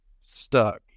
stuck